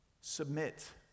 submit